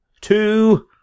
two